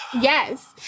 Yes